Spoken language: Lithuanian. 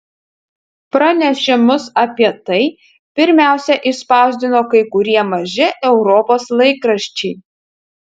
pranešimus apie tai pirmiausia išspausdino kai kurie maži europos laikraščiai